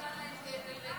רק שלא היו להם כאבי בטן.